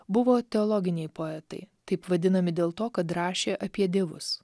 buvo teologiniai poetai taip vadinami dėl to kad rašė apie dievus